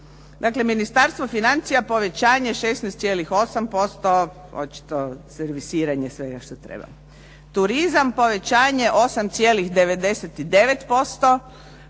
Dakle, Ministarstvo financija povećanje 16,8%, očito servisiranje svega što treba. Turizam, povećanje 8,99%,